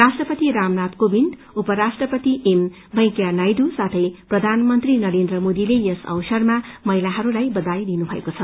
राष्ट्रपति रामनाथ कोविन्द उपराष्ट्रपति एम वेंकैया नायडू साथै प्रधानमन्त्री नरेन्द्र मोदीले यस अवसरमा माहिलाहरूलाई बथाइ दिनुभएको छ